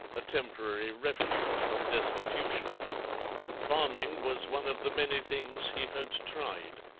a temporary refuge from destitution farming was one of the many things he had tried,